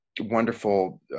wonderful